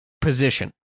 position